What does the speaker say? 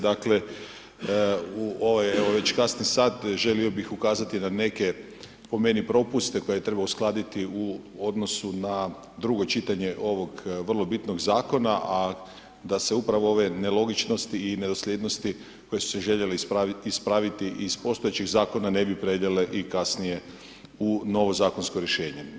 Dakle, u ovaj evo već kasni sat želio bih ukazati na neke po meni propuste koje treba uskladiti u odnosu na drugo čitanje vrlo bitnog zakona a da se upravo ove nelogičnosti i nedosljednosti koje su se željele ispraviti iz postojećih zakona, ne bi prenijele i kasnije u novo zakonsko rješenje.